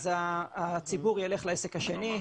הציבור ילך לעסק השני,